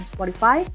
Spotify